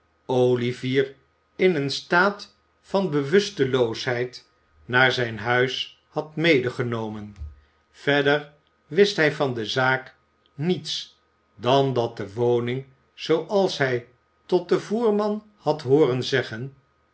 olivier in een staat van bewusteloosheid naar zijn huis had medegenomen verder wist hij van de zaak niets dan dat die woning zooals hij tot den voerman had hooren zeggen